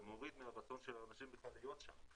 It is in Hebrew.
זה מוריד מהרצון של אנשים בכלל להיות שם.